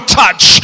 touch